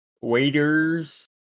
waiters